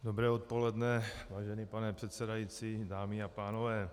Dobré odpoledne, vážený pane předsedající, dámy a pánové.